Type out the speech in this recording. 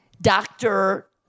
doctor